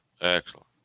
excellent